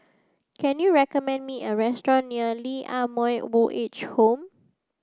can you recommend me a restaurant near Lee Ah Mooi Old Age Home